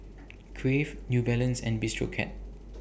Crave New Balance and Bistro Cat